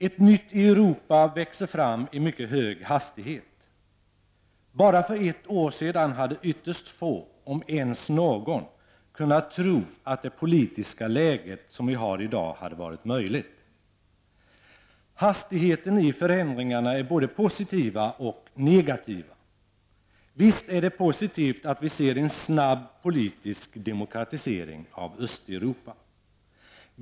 Ett nytt Europa växer fram i mycket hög hastighet. Bara för ett år sedan hade ytterst få, om ens någon, kunnat tro att det politiska läge som vi har i dag hade varit möjligt. Hastigheten i förändringarna är både positiva och negativa. Visst är det positivt att vi ser en snabb politisk demokratisering av Östeuropa.